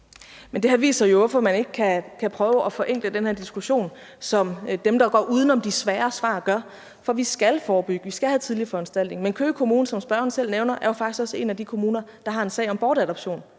her viser jo, hvorfor man ikke kan prøve at forenkle den her diskussion, hvilket dem, der går uden om de svære svar, gør. For vi skal forebygge, vi skal have tidlige foranstaltninger, men Køge Kommune, som spørgeren selv nævner, er jo faktisk også en af de kommuner, der har en sag om bortadoption.